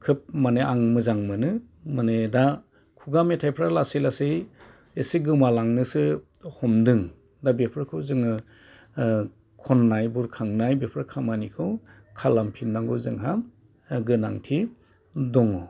खोब माने आं मोजां मोनो माने दा खुगा मेथाइफ्रा लासै लासै एसे गोमालांनोसो हमदों दा बेफोरखौ जोङो खननाय बुरखांनाय बेफोर खामानिखौ खालामफिननांगौ जोंहा गोनांथि दङ